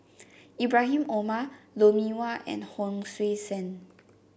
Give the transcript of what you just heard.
Ibrahim Omar Lou Mee Wah and Hon Sui Sen